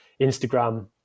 Instagram